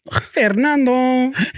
Fernando